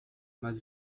mas